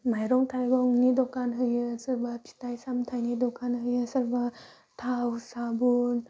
माइरं थाइरंनि दखान होयो सोरबा फिथाइ सामथाइनि दखान होयो सोरबा थाव साबुन